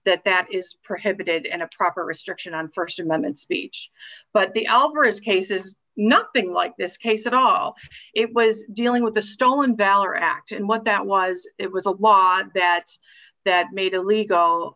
that that is prohibited and a proper restriction on st amendment speech but the alvarez case is nothing like this case at all it was dealing with the stolen valor act and what that was it was a law that that made illegal